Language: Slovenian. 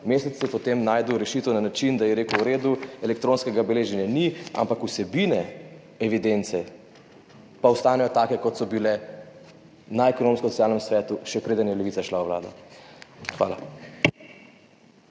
Mesec je potem našel rešitev na način, da je rekel, v redu, elektronskega beleženja ni, ampak vsebine evidence pa ostanejo take, kot so bile na Ekonomsko-socialnem svetu, še preden je Levica šla v vlado. Hvala.